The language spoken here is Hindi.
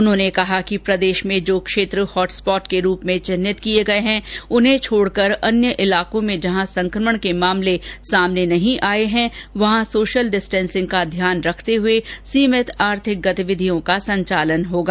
उन्होंने कहा कि प्रदेश में जो क्षेत्र हॉट स्पॉट चिन्हित किए गए हैं उन्हें छोड़कर अन्य क्षेत्रों में जहां संक्रमण के मामले सामने नहीं आए हैं वहां सोशल डिस्टेंसिंग का ध्यान रखते हुए सीमित आर्थिक गतिविधियों का संचालन होगा